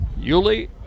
Yuli